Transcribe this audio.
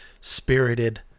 spirited